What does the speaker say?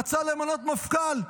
רצה למנות מפכ"ל,